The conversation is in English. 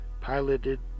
piloted